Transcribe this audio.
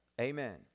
Amen